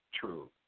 true